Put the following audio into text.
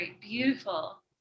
beautiful